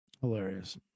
Hilarious